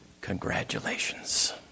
congratulations